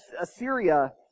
Assyria